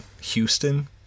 Houston